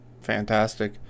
fantastic